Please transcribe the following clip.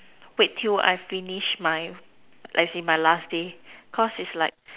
wait till I finish my as in my last day cause it's like